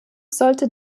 sollte